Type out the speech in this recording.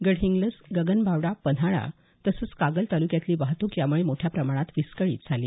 गडहिंग्लज गगनबावडा पन्हाळा तसंच कागल तालुक्यातली वाहतुक यामुळे मोठ्या प्रमाणावर विस्कळीत झाली